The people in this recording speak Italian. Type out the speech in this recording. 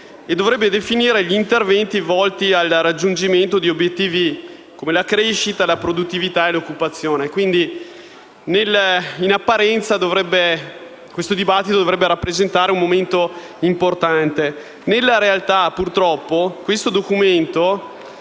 e dovrebbe definire gli interventi volti al raggiungimento di obiettivi come la crescita, la produttività e l'occupazione. Quindi, in apparenza, questa discussione dovrebbe rappresentare un momento importante. Nella realtà, purtroppo, questo Documento